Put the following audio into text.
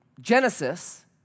Genesis